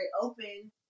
open